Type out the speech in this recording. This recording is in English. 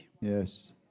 Yes